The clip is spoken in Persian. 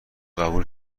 قبول